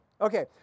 Okay